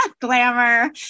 Glamour